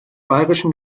bayerischen